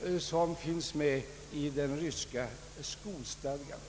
regler i den ryska skolstadgan.